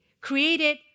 created